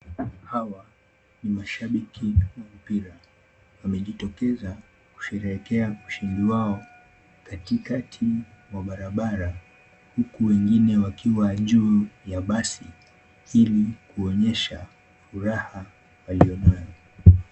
Hawa ni washabiki wa mpira, wamejitokeza kusherehekea ushindi wao katikati mwa barabara huku wengine wakiwa juu ya basi ili kuonyesha furaha walio nayo.